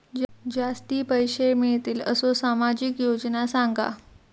जास्ती पैशे मिळतील असो सामाजिक योजना सांगा?